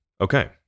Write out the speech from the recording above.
okay